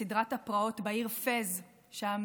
סדרת הפרעות בעיר פס שבמרוקו,